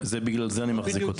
בגלל זה אני מחזיק אותם.